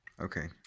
Okay